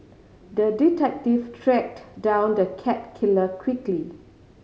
the detective tracked down the cat killer quickly